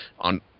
on